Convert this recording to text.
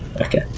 okay